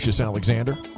Alexander